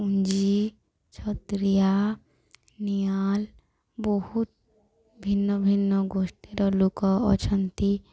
ପୁଞ୍ଜି ଛତ୍ରିଆ ନିଆଲ ବହୁତ ଭିନ୍ନ ଭିନ୍ନ ଗୋଷ୍ଠୀର ଲୋକ ଅଛନ୍ତି